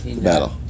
battle